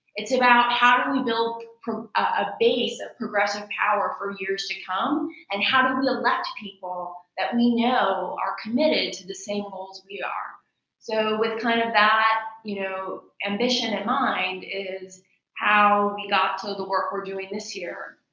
it's about how do we build from a base of progressive power for years to come and how do we elect people that we know are committed to the same goals we are so with kind of that you know ambition in mind is how we got to the work we're doing this year,